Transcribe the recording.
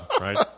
right